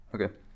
Okay